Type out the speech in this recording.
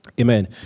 Amen